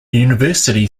university